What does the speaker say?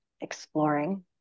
exploring